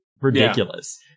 ridiculous